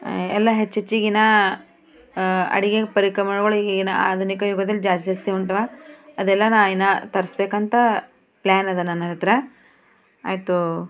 ಎಲ್ಲ ಹೆಚ್ಚೆಚ್ಚಿಗಿನ ಅಡುಗೆ ಪರಿಕ್ರಮಗಳು ಏನು ಆಧುನಿಕ ಯುಗದಲ್ಲಿ ಜಾಸ್ತಿ ಜಾಸ್ತಿ ಉಂಟವ ಅದೆಲ್ಲ ನಾನು ಇನ್ನೂ ತರಿಸ್ಬೇಕಂತ ಪ್ಲ್ಯಾನ್ ಅದ ನನ್ನ ಹತ್ತಿರ ಆಯಿತು